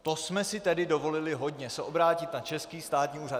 To jsme si tedy dovolili hodně, obrátit se na český státní úřad!